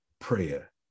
prayer